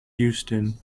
houston